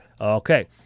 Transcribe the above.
Okay